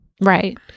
Right